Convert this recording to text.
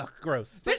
gross